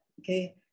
okay